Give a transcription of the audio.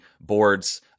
boards